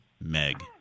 Meg